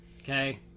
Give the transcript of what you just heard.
Okay